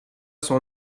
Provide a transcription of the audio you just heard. son